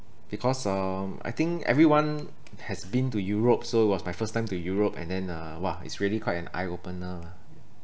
because um I think everyone has been to Europe so it was my first time to Europe and then uh !wah! it's really quite an eye-opener lah